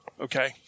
okay